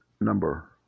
number